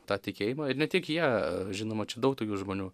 tą tikėjimą ir ne tik jie žinoma čia daug tokių žmonių